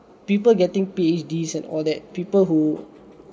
people getting P_H_D's and all that people who